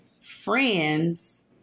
Friends